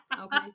okay